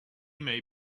may